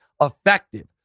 effective